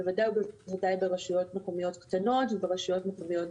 בוודאי ובוודאי ברשויות מקומיות קטנות וברשויות מקומיות בצפון.